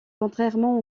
contrairement